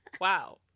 Wow